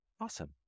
Awesome